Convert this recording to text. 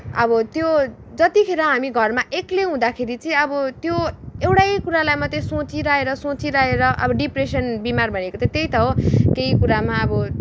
अब त्यो जतिखेर हामी घरमा एक्लै हुँदाखेरि चाहिँ अब त्यो एउटै कुरालाई मात्रै सोचिरहेर सोचिरहेर अब डिप्रेसन् बिमार भनेको त त्यही त हो केही कुरामा अब